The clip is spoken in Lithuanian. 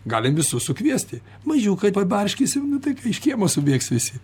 galim visus sukviesti mažiukai pabarškisim nu taip iš kiemo subėgs visi